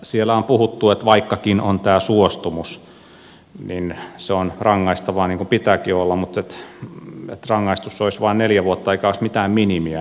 siellä on esitetty että vaikkakin on tämä suostumus niin se on rangaistavaa niin kuin pitääkin olla mutta että rangaistus olisi vain neljä vuotta eikä olisi mitään minimiä